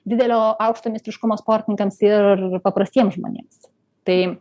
didelio aukšto meistriškumo sportininkams ir paprastiems žmonėms tai